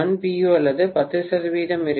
u அல்லது 10 சதவிகிதம் இருக்கலாம்